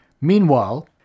Meanwhile